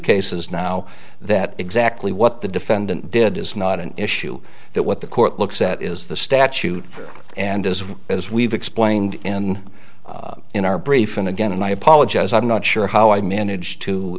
cases now that exactly what the defendant did is not an issue that what the court looks at is the statute and as as we've explained in in our brief and again and i apologize i'm not sure how i managed to